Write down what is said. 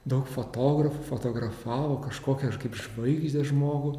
daug fotografų fotografavo kažkokią kaip žvaigždę žmogų